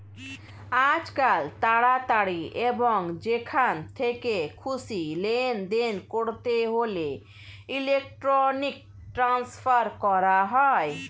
আজকাল তাড়াতাড়ি এবং যেখান থেকে খুশি লেনদেন করতে হলে ইলেক্ট্রনিক ট্রান্সফার করা হয়